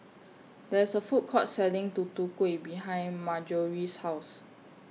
There IS A Food Court Selling Tutu Kueh behind Marjory's House